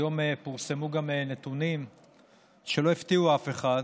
היום גם פורסמו נתונים שלא הפתיעו אף אחד,